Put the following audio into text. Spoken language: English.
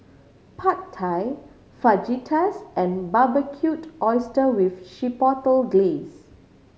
Pad Thai Fajitas and Barbecued Oyster with Chipotle Glaze